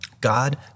God